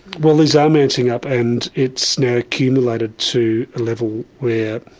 well these are mounting up, and it's now accumulated to a level where